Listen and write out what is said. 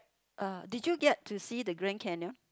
uh did you get to see the Grand-Canyon